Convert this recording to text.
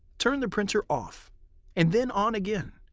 turn the printer off and then on again.